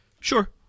Sure